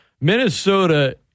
Minnesota